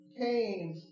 came